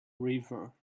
river